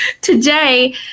today